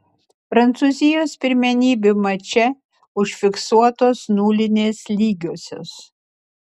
prancūzijos pirmenybių mače užfiksuotos nulinės lygiosios